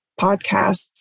podcasts